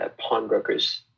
pawnbrokers